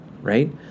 right